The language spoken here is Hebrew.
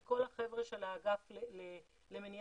זה כל החבר'ה של האגף למניעה,